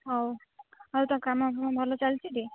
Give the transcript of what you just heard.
ହଉ ହଉ ତ କାମ ଫାମ ଭଲ ଚାଲିଛି ଟି